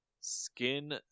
skin